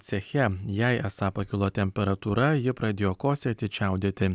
ceche jai esą pakilo temperatūra ji pradėjo kosėti čiaudėti